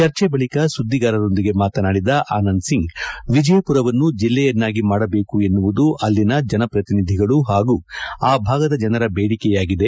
ಚರ್ಚೆ ಬಳಿಕ ಸುದ್ದಿಗಾರರೊಂದಿಗೆ ಮಾತನಾಡಿದ ಆನಂದ್ ಸಿಂಗ್ ವಿಜಯಪುರವನ್ನು ಜಿಲ್ಲೆಯನ್ನಾಗಿ ಮಾಡಬೇಕು ಎನ್ನುವುದು ಅಲ್ಲಿನ ಜನಪ್ರತಿನಿಧಿಗಳು ಹಾಗೂ ಆ ಭಾಗದ ಜನರ ಬೇಡಿಕೆಯಾಗಿದೆ